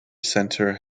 center